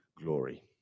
glory